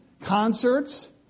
concerts